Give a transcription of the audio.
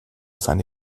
seine